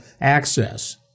access